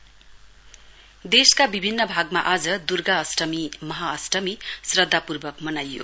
महाअष्टमी देशका विभिन्न भागमा आज दुर्गा अष्टमी महा अष्टमी श्रध्दापूर्वक मनाइयो